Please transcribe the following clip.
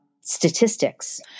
statistics